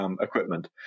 equipment